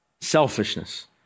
Selfishness